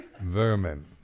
vermin